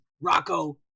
Rocco